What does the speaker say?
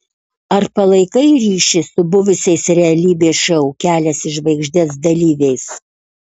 ar palaikai ryšį su buvusiais realybės šou kelias į žvaigždes dalyviais